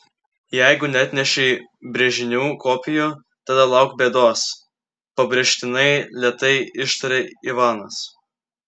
jeigu neatnešei brėžinių kopijų tada lauk bėdos pabrėžtinai lėtai ištarė ivanas